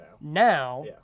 now